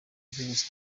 virusi